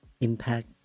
impact